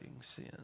sin